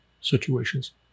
situations